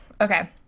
Okay